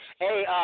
Hey